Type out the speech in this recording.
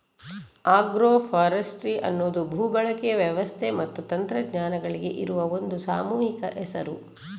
agro forestry ಅನ್ನುದು ಭೂ ಬಳಕೆಯ ವ್ಯವಸ್ಥೆ ಮತ್ತೆ ತಂತ್ರಜ್ಞಾನಗಳಿಗೆ ಇರುವ ಒಂದು ಸಾಮೂಹಿಕ ಹೆಸರು